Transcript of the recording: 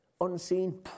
Unseen